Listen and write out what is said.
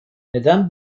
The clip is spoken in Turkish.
neden